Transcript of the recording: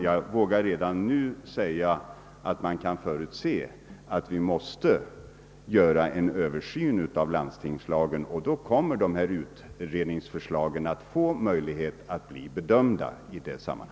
Jag vågar redan nu säga att det måste företas en översyn av landstingslagen, och då kommer dessa utredningsförslag att bli bedömda.